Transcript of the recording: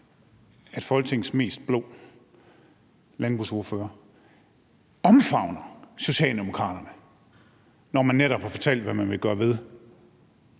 at Folketingets mest blå landbrugsordfører omfavner Socialdemokraterne, når man netop har fortalt, hvad man vil gøre ved,